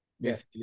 Yes